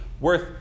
worth